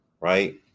right